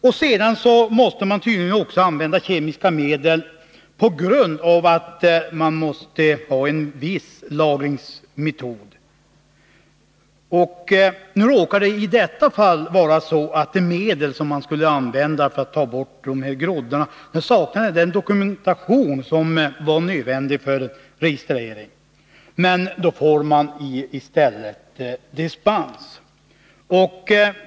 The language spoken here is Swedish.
Därefter måste man tydligen också använda kemiska medel på grund av den lagringsmetod som tillämpas. Nu råkar det i detta fall vara så att det medel man skulle använda för att ta bort groddarna saknar den dokumentation som är nödvändig för registrering. Då ges i stället dispens.